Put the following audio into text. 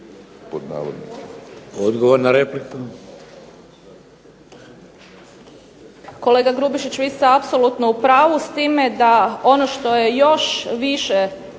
Odgovor na repliku.